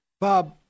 Bob